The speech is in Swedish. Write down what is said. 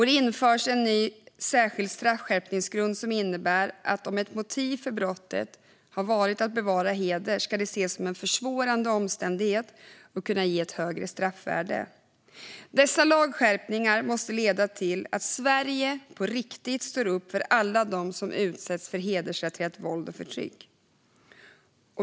Det införs också en ny särskild straffskärpningsgrund som innebär att om ett motiv för brottet har varit att bevara heder ska det ses som en försvårande omständighet och kunna ge ett högre straffvärde. Dessa lagskärpningar måste leda till att Sverige på riktigt står upp för alla de som utsätts för hedersrelaterat våld och förtryck.